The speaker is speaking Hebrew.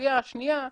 הסוגיה השנייה,